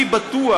אני בטוח